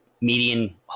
median